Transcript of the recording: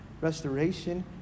restoration